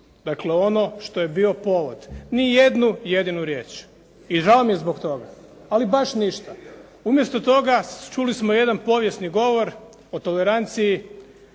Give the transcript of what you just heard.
Dakle, ono što je bio povod. Ni jednu jedinu riječ i žao mi je zbog toga, ali baš ništa. Umjesto toga čuli smo jedan povijesni govor o toleranciji.